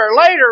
later